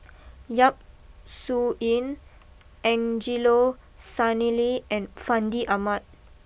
Yap Su Yin Angelo Sanelli and Fandi Ahmad